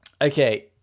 Okay